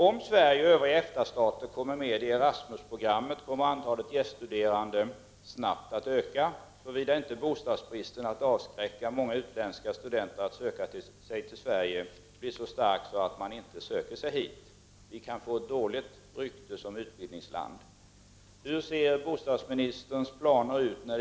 Om Sverige och övriga Eftastater kommer med i Erasmusprogrammet, kommer antalet gäststuderande snabbt att öka, såvida inte bostadsbristen kommer att avskräcka många utländska studenter från att söka sig hit. Sverige kan få dåligt rykte som utbildningsland.